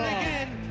again